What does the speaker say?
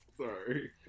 Sorry